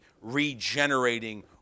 regenerating